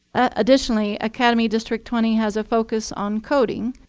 additionally, academy district twenty has a focus on coding,